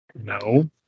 no